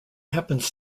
happens